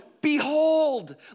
Behold